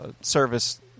service